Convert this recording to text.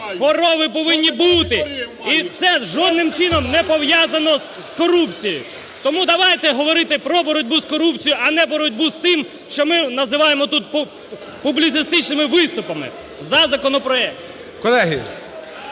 Корови повинні бути! І це жодним чином не пов'язано з корупцією. Тому давайте говорити про боротьбу з корупцією, а не боротьбу з тим, що ми називаємо тут публіцистичними виступами. За законопроект.